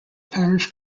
parish